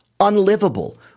unlivable